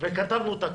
וכתבנו תקנות,